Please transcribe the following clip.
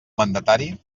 mandatari